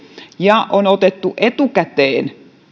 ja on otettu etukäteen